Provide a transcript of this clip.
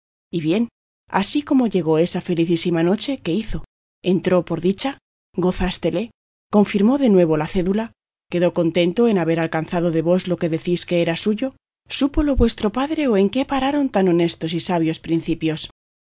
y bien así como llegó esa felicísima noche qué hizo entró por dicha gozástele confirmó de nuevo la cédula quedó contento en haber alcanzado de vos lo que decís que era suyo súpolo vuestro padre o en qué pararon tan honestos y sabios principios